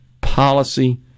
policy